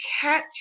catch